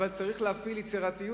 אבל צריך להפעיל יותר יצירתיות.